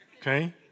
okay